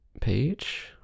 page